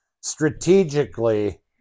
strategically